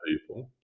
people